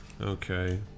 okay